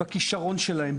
בכישרון שלהם,